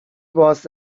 was